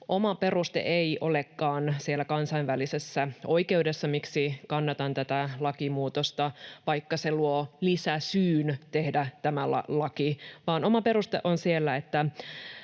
Oma peruste ei olekaan siellä kansainvälisessä oikeudessa, miksi kannatan tätä lakimuutosta, vaikka se luo lisäsyyn tehdä tämä laki, vaan oma peruste on siellä,